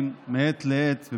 אין בה את טהרת המשפחה,